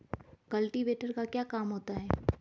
Cultivator का क्या काम होता है?